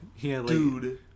dude